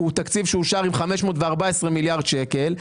24' הוא תקציב שאושר עם 514 מיליארד שקל,